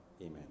Amen